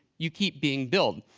you keep being billed.